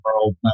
world